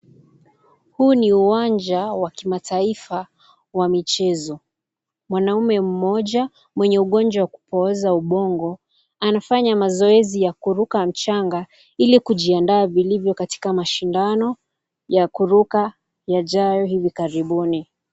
Huu ni uwanja wa kimataifa wa michezo, mwanaume mmoja mwenye ugonjwa wa kubooza ubongo anafanya mazoezi ya kuruka mchanga, ili kujiandaa vilivyo katika mashindano ya kuruka yajayo hivi karibuni.